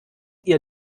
ihr